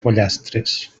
pollastres